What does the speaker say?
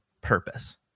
purpose